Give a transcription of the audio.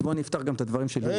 אז בוא נפתח גם את הדברים --- רגע,